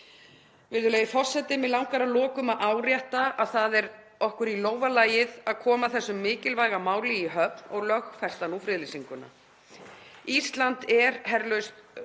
Virðulegi forseti. Mig langar að lokum að árétta að það er okkur í lófa lagið að koma þessu mikilvæga máli í höfn og lögfesta nú friðlýsinguna. Ísland er herlaus